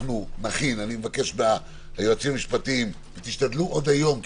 אני מבקש מהיועצים המשפטיים תשתדלו עוד היום,